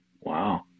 Wow